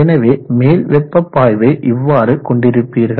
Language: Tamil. எனவே மேல் வெப்ப பாய்வை இவ்வாறு கொண்டிருப்பீர்கள்